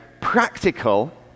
practical